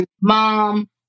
Mom